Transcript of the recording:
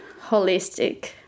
holistic